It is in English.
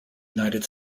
united